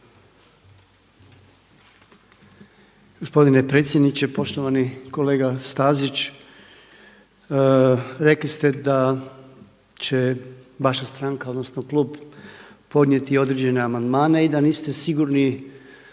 Gospodine predsjedniče, poštovani kolega Stazić. Rekli ste da će vaša stranka, odnosno klub podnijeti određene amandmane i da niste sigurni